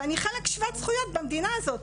ואני חלק שווה זכויות במדינה הזאת.